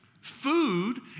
Food